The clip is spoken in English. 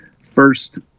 first